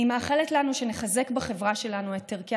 אני מאחלת לנו שנחזק בחברה שלנו את ערכי